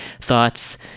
thoughts